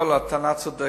קודם כול, הטענה צודקת.